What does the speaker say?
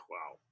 Wow